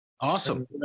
Awesome